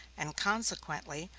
and, consequently,